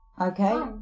okay